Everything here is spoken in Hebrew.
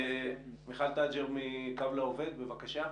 מיכל תג'ר מ'קו לעובד', בבקשה.